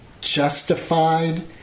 justified